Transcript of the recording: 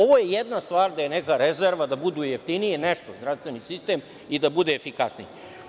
Ovo je jedna stvar gde je neka rezerva da budu jeftinije, nešto zdravstveni sistem i da bude efikasniji.